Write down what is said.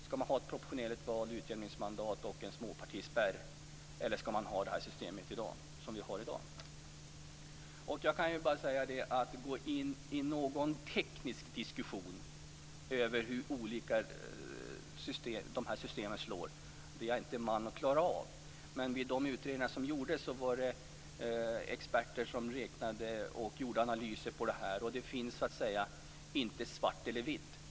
Skall man ha ett proportionerligt val, utjämningsmandat och en småpartispärr eller skall man ha det system som vi har i dag? Att gå in i en teknisk diskussion om hur olika dessa system slår är jag inte man att klara av. I de utredningar som gjordes fanns det experter med som räknade och analyserade, och resultatet blev varken svart eller vitt.